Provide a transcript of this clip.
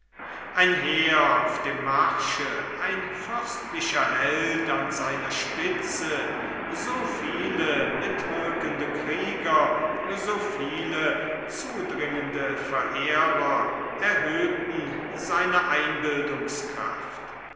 ein heer auf dem marsche ein fürstlicher held an seiner spitze so viele mitwirkende krieger so viele zudringende verehrer erhöhten seine